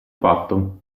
fatto